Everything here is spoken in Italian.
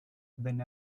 venne